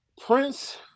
Prince